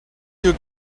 you